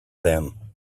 them